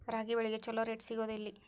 ರಾಗಿ ಬೆಳೆಗೆ ಛಲೋ ರೇಟ್ ಸಿಗುದ ಎಲ್ಲಿ?